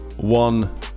one